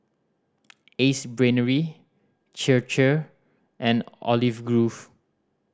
Ace Brainery Chir Chir and Olive Grove